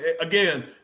again